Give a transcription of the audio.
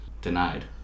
denied